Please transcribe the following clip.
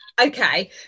okay